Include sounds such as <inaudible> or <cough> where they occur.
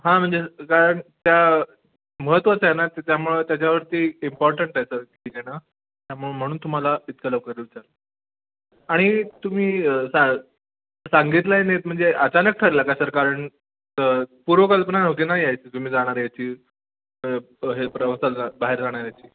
हां म्हणजे कारण त्या महत्वाचं आहे ना त्या त्यामुळं त्याच्यावरती इम्पॉर्टंट आहे सर ठीक आहे ना त्यामुळं म्हणून तुम्हाला इतकं लवकर <unintelligible> विचारलं आणि तुम्ही सा सांगितलं आहे नाहीत म्हणजे अचानक ठरला का सर कारण पूर्व कल्पना नव्हती ना याची तुम्ही जाणार याची हे प्रवासाला बाहेर जाणार याची